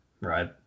right